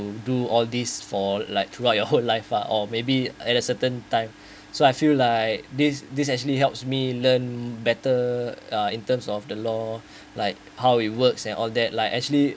to do all these for like throughout your whole life uh or maybe at a certain time so I feel like this this actually helps me learn better uh in terms of the law like how it works and all that like actually